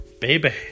Baby